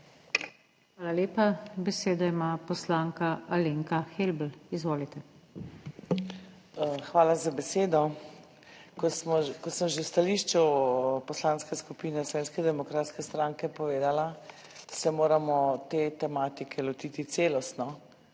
Hvala lepa. Besedo ima poslanka Alenka Helbl. Izvolite. **ALENKA HELBL (PS SDS):** Hvala za besedo. Kot sem že v stališču Poslanske skupine Slovenske demokratske stranke povedala, se moramo te tematike lotiti celostno,